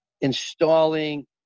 installing